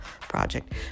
project